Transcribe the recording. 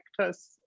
actors